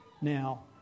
now